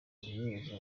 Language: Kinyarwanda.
igihe